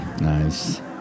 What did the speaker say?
Nice